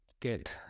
get